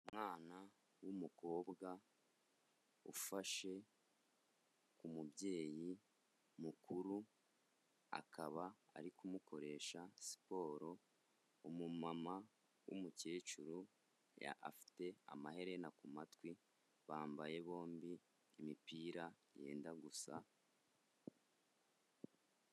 Umwana w'umukobwa, ufashe umubyeyi mukuru akaba ari kumukoresha siporo, umumama w'umukecuru afite amaherena ku matwi, bambaye bombi imipira yenda gusa.